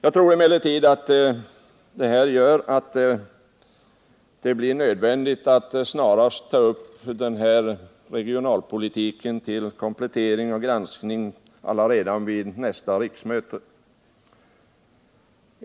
Det här gör enligt min mening att det blir nödvändigt att ta upp regionalpolitiken till komplettering och granskning allaredan vid nästa riksmöte.